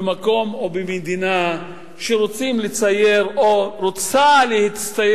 במקום או במדינה שרוצה להצטייר שהיא